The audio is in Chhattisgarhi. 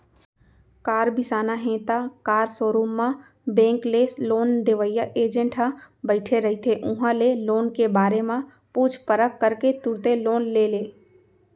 कार बिसाना हे त कार सोरूम म बेंक ले लोन देवइया एजेंट ह बइठे रहिथे उहां ले लोन के बारे म पूछ परख करके तुरते लोन ले ले